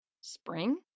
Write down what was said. Spring